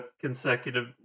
consecutive